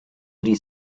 three